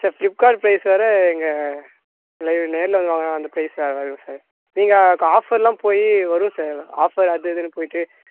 sir Flipkart price வேறு எங்கள் நே நேரில் வந்து வாங்கினா அந்த பிரைஸ் வேறு மாதிரி இருக்கும் சார் நீங்கள் கா ஆஃபரெலாம் போய் வரும் சார் ஆஃபர் அது இதுன்னு போயிட்டு